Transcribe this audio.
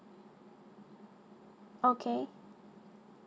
okay